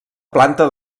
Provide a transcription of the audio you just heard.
planta